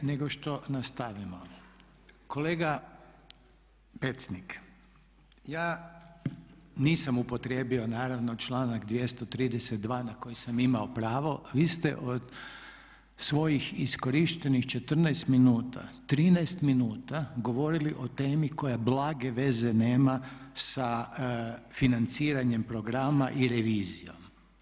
Prije nego što nastavimo, kolega Pecnik ja nisam upotrijebio naravno članak 232.na koji sam imao pravo, vi ste od svojih iskorištenih 14 minuta 13 minuta govorili o temi koja blage veze nema sa financiranjem programa i revizijom.